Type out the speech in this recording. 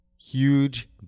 Huge